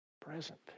Present